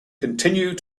continued